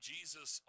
Jesus